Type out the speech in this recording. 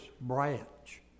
branch